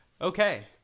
Okay